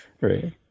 Right